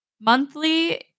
Monthly